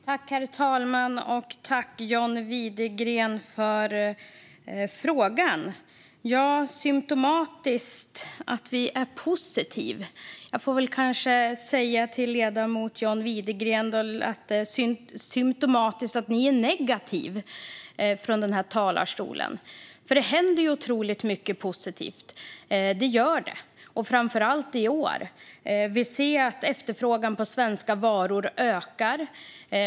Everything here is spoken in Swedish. Herr talman! Tack, John Widegren, för frågorna! När det gäller att det skulle vara symtomatiskt att vi är positiva får jag kanske säga att det är symtomatiskt att ni är negativa i talarstolen. Det händer nämligen otroligt mycket positivt. Det gör det, och framför allt i år. Efterfrågan på svenska varor ökar.